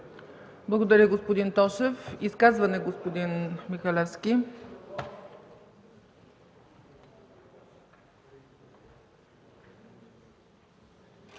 Благодаря, господин Тошев. Изказване – господин Михалевски.